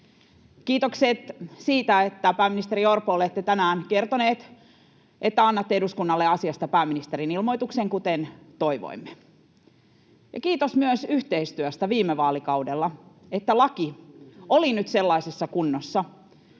Kiitokset siitä, pääministeri Orpo, että olette tänään kertonut, että annatte eduskunnalle asiasta pääministerin ilmoituksen, kuten toivoimme. Kiitos myös yhteistyöstä viime vaalikaudella, että laki oli nyt sellaisessa kunnossa,